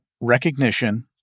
recognition